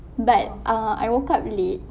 but uh I woke up late